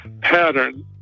pattern